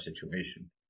situation